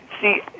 see